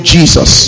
Jesus